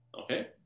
okay